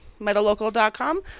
metallocal.com